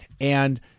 and-